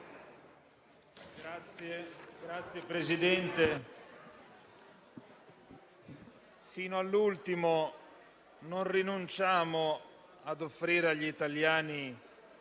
Signor Presidente, fino all'ultimo non rinunciamo ad offrire agli italiani